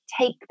take